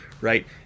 Right